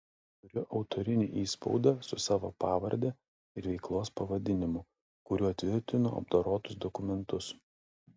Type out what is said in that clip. turiu autorinį įspaudą su savo pavarde ir veiklos pavadinimu kuriuo tvirtinu apdorotus dokumentus